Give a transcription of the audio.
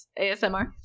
ASMR